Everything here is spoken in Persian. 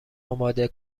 آماده